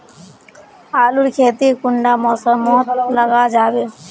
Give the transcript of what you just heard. आलूर खेती कुंडा मौसम मोत लगा जाबे?